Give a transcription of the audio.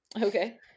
okay